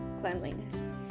cleanliness